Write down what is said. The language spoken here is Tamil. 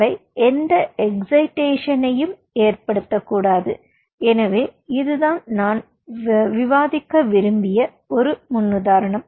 அவை எந்த எக்சைடேசோனையும் ஏற்படுத்தக்கூடாது எனவே இது நான் விவாதிக்க விரும்பிய ஒரு முன்னுதாரணம்